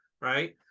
right